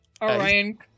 Orion